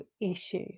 issue